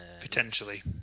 Potentially